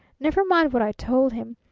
never mind what i told him.